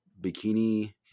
bikini